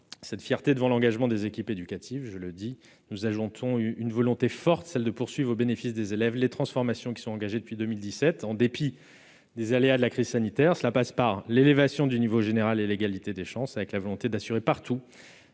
sommes fiers de cet engagement des équipes éducatives. Nous ajoutons une volonté forte de poursuivre au bénéfice des élèves les transformations qui sont engagées depuis 2017, en dépit des aléas de la crise sanitaire. Cela passe par l'élévation du niveau général et l'égalité des chances, avec la volonté d'assurer partout